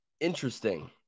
Interesting